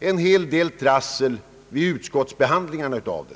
en hel del trassel vid utskottsbehandlingen av propositionerna.